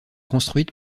construites